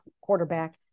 quarterback